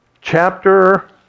chapter